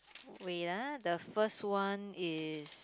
wait ah the first one is